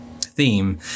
theme